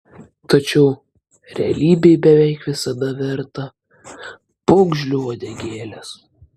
tačiau realybė beveik visada verta pūgžlio uodegėlės